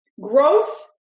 Growth